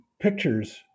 pictures